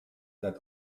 that